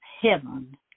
heaven